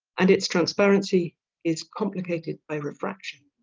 and its transparency is complicated by refraction